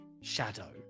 shadow